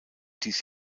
dies